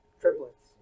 Triplets